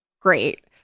great